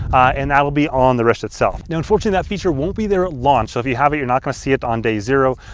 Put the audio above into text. and that will be on the wrists itself. now unfortunately that feature won't be there launch, so if you have it you're not gonna see it on day zero.